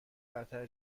برتر